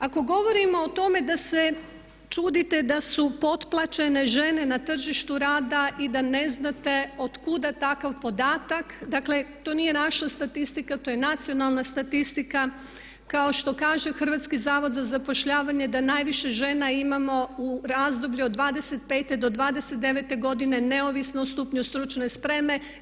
Ako govorimo o tome da se čudite da su potplaćene žene na tržištu rada i da ne znate otkuda takav podatak, dakle, to nije naša statistika, to je nacionalna statistika kao što kaže Hrvatski zavod za zapošljavanje da najviše žena imamo u razdoblju od 25-29 godine neovisno o stupnju stručne spreme.